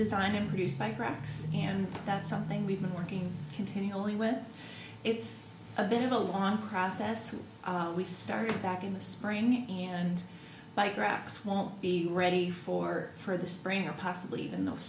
design and produce my graphics and that's something we've been working continually with it's a bit of a long process we started back in the spring and like rocks won't be ready for for the spring or possibly even th